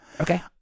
Okay